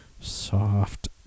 soft